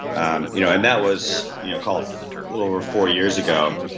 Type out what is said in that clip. um you know and that was you know called little over four years ago.